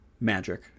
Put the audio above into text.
magic